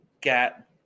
get